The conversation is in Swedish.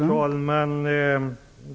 Herr talman!